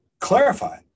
Clarify